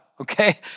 Okay